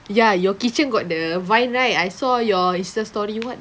ya your kitchen got the vine right I saw your Instastory what